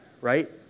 Right